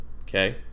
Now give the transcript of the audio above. Okay